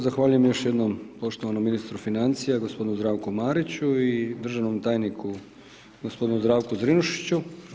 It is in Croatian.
Zahvaljujem još jednom poštovanom ministru financija, gospodinu Zdravku Mariću i državnom tajniku gospodinu Zdravku Zrinušiću.